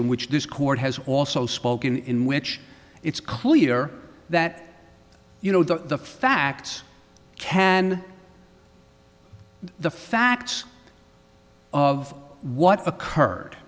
in which this court has also spoken in which it's clear that you know the facts can the facts of what occurred